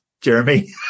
Jeremy